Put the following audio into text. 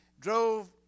Drove